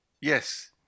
Yes